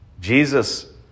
Jesus